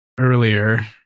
earlier